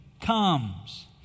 comes